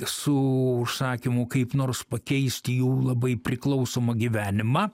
su užsakymų kaip nors pakeisti jų labai priklausomą gyvenimą